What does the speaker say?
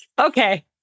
Okay